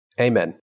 Amen